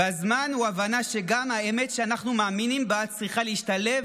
והזמן הוא ההבנה שגם האמת שאנחנו מאמינים בה צריכה להשתלב